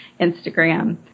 Instagram